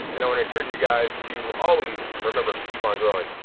and i want to encourage you guys to always remember to keep on growing.